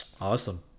Awesome